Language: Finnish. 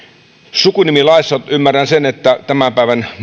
sukunimilain osalta ymmärrän sen että tämän päivän